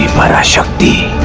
parashakti